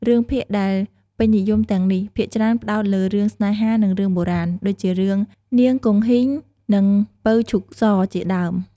រឿងភាគដែលពេញនិយមទាំងនោះ ភាគច្រើនផ្ដោតលើរឿងស្នេហា និងរឿងបុរាណ ដូចជារឿង 'នាងគង្ហីង' និង 'ពៅឈូកស' ជាដើម។